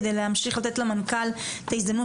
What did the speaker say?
כדי להמשיך לתת למנכ"ל את ההזדמנות